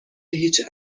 هیچ